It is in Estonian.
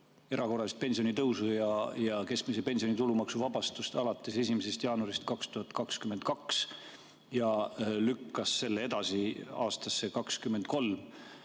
erakorralist pensionitõusu ja keskmise pensioni tulumaksuvabastust alates 1. jaanuarist 2022 ja lükkas selle edasi aastasse 2023?